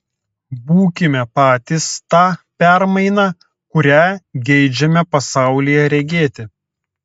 būkime patys ta permaina kurią geidžiame pasaulyje regėti